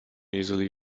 easily